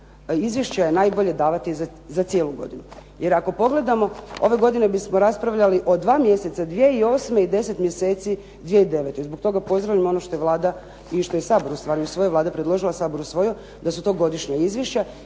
Izvješća je najbolje davati za cijelu godinu. Jer ako pogledamo, ove godine bismo raspravljali o dva mjeseca 2008. i deset mjeseci 2009. Zbog toga pozdravljam ono što je Vlada i što je Sabor usvojio, Vlada predložila, Sabor usvojio da su to godišnja izvješća